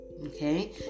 Okay